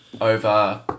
over